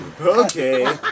Okay